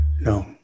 No